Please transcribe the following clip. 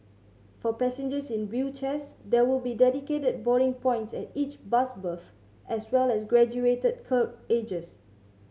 for passengers in wheelchairs there will be dedicated boarding points at each bus berth as well as graduated kerb edges